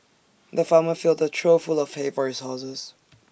the farmer filled A trough full of hay for his horses